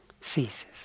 ceases